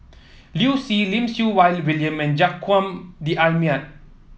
Liu Si Lim Siew Wai William and Joaquim D'Almeida